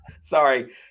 Sorry